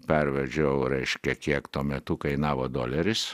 pervedžiau reiškia kiek tuo metu kainavo doleris